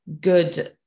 good